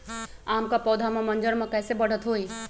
आम क पौधा म मजर म कैसे बढ़त होई?